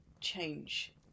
change